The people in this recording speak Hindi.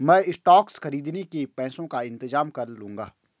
मैं स्टॉक्स खरीदने के पैसों का इंतजाम कर लूंगा